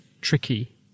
tricky